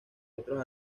otros